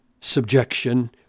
subjection